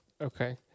Okay